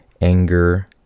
anger